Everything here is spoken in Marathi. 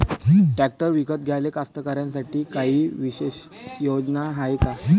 ट्रॅक्टर विकत घ्याले कास्तकाराइसाठी कायी विशेष योजना हाय का?